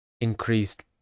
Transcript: increased